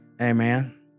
Amen